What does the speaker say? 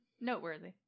Noteworthy